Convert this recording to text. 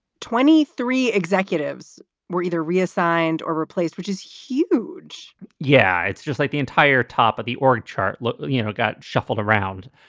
twenty three executives were either reassigned or replaced, which is huge yeah, it's just like the entire top of the org chart, you know, got shuffled around.